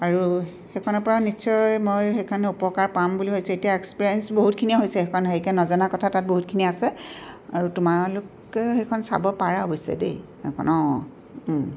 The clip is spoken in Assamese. আৰু সেইখনৰ পৰা নিশ্চয় মই সেইখিনি উপকাৰ পাম বুলি ভাবিছোঁ এতিয়া এক্সপিৰিয়েঞ্চ বহুতখিনিয়ে হৈছে সেইখন হেৰিকৈ নজনা কথা তাত বহুতখিনিয়ে আছে আৰু তোমালোকেও সেইখন চাব পাৰা অৱশ্যে দেই সেইখন অঁ